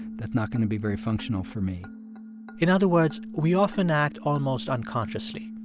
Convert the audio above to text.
that's not going to be very functional for me in other words, we often act almost unconsciously.